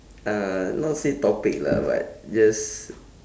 uh not say topic lah but just